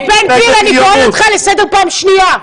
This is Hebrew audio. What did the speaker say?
בן גביר, אני קוראת אותך לסדר פעם שנייה.